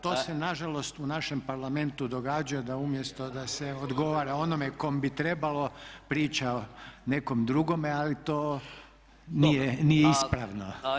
Pa to se nažalost u našem parlamentu događa da umjesto da se odgovara onome kome bi trebalo priča nekom drugome ali to nije ispravno.